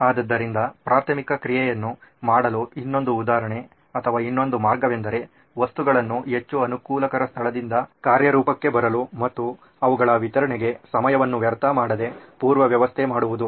ಆದ್ದರಿಂದ ಪ್ರಾಥಮಿಕ ಕ್ರಿಯೆಯನ್ನು ಮಾಡಲು ಇನ್ನೊಂದು ಉದಾಹರಣೆ ಅಥವಾ ಇನ್ನೊಂದು ಮಾರ್ಗವೆಂದರೆ ವಸ್ತುಗಳನ್ನು ಹೆಚ್ಚು ಅನುಕೂಲಕರ ಸ್ಥಳದಿಂದ ಕಾರ್ಯರೂಪಕ್ಕೆ ಬರಲು ಮತ್ತು ಅವುಗಳ ವಿತರಣೆಗೆ ಸಮಯವನ್ನು ವ್ಯರ್ಥ ಮಾಡದೆ ಪೂರ್ವ ವ್ಯವಸ್ಥೆ ಮಾಡುವುದು